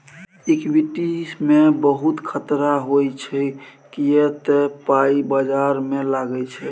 equity मे बहुत खतरा होइ छै किए तए पाइ बजार मे लागै छै